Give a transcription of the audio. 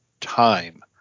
time